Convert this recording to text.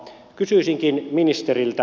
kysyisinkin ministeriltä